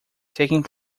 taking